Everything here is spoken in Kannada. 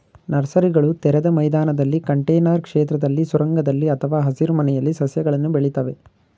ನರ್ಸರಿಗಳು ತೆರೆದ ಮೈದಾನದಲ್ಲಿ ಕಂಟೇನರ್ ಕ್ಷೇತ್ರದಲ್ಲಿ ಸುರಂಗದಲ್ಲಿ ಅಥವಾ ಹಸಿರುಮನೆಯಲ್ಲಿ ಸಸ್ಯಗಳನ್ನು ಬೆಳಿತವೆ